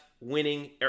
winning